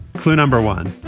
clue number one.